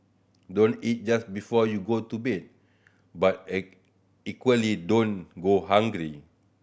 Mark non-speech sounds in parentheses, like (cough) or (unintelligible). don't eat just before you go to bed but (unintelligible) equally don't go hungry